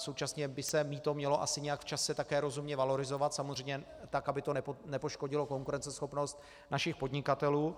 Současně by se mýto mělo asi nějak v čase také rozumně valorizovat, samozřejmě tak, aby to nepoškodilo konkurenceschopnost našich podnikatelů.